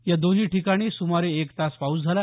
या दोन्ही ठिकाणी सुमारे एक तास पाऊस झाला